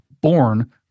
born